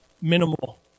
minimal